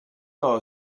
our